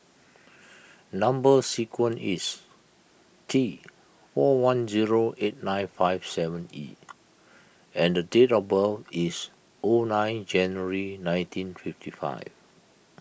Number Sequence is T four one zero eight nine five seven E and date of birth is O nine January nineteen fifty five